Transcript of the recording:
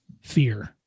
Fear